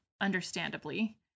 understandably